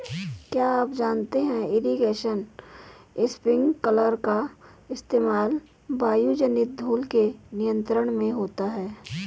क्या आप जानते है इरीगेशन स्पिंकलर का इस्तेमाल वायुजनित धूल के नियंत्रण में होता है?